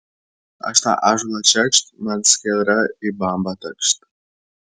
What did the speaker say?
aš tą ąžuolą čekšt man skiedra į bambą takšt